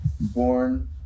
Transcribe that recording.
born